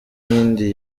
nkingi